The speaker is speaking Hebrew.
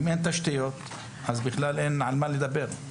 אם אין תשתיות אז בכלל אין על מה לדבר.